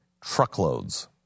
truckloads